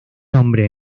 hombre